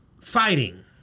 Fighting